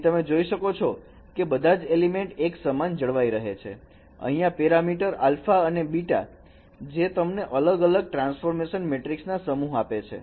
અહીં તમે જોઈ શકો છો કે બધા જ એલિમેન્ટ એક સમાન જળવાઈ રહે છે અહીંયા પેરામીટર α અને β જે તમને અલગ અલગ ટ્રાન્સફોર્મેશન મેટ્રિક ના સમૂહ આપે છે